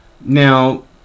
Now